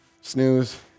snooze